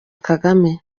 kagame